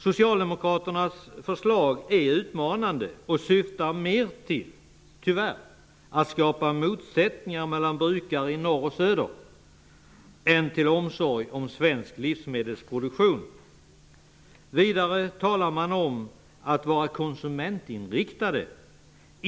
Socialdemokraternas förslag är alltså utmanande, och de syftar tyvärr mer till att skapa motsättningar mellan brukare i norr och söder än till omsorg om svensk livsmedelsproduktion. Vidare talar Socialdemokraterna om att man skall vara konsumentinriktad.